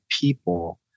people